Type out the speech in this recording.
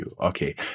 Okay